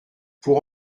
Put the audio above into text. pour